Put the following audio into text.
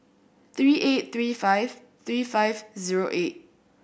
three eight three five three five zero eight